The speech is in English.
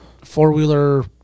four-wheeler